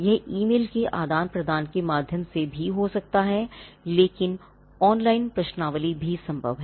यह ईमेल के आदान प्रदान के माध्यम से भी हो सकता है लेकिन ऑनलाइन प्रश्नावली भी संभव है